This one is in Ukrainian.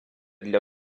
для